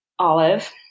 Olive